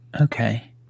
Okay